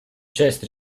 часть